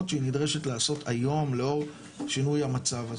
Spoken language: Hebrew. שהיא נדרשת לעשות היום לאור שינוי המצב.